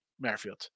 Merrifield